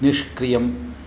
निष्क्रियम्